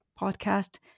podcast